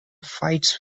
fights